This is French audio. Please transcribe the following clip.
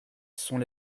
sont